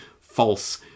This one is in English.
false